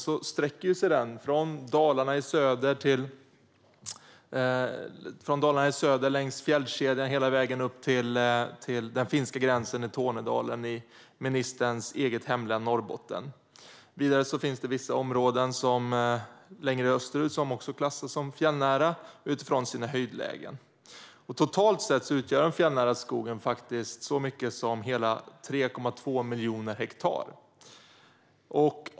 Den sträcker sig från Dalarna i söder längs fjällkedjan hela vägen upp till den finska gränsen i Tornedalen i ministerns eget hemlän Norrbotten. Vidare finns vissa områden längre österut som också klassas som fjällnära utifrån sina höjdlägen. Totalt sett utgör den fjällnära skogen så mycket som 2,3 miljoner hektar.